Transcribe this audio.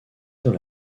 dans